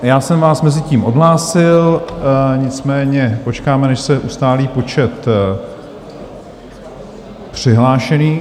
Já jsem vás mezitím odhlásil, nicméně počkáme, než se ustálí počet přihlášených.